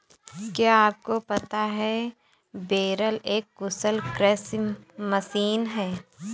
क्या आपको पता है बेलर एक कुशल कृषि मशीन है?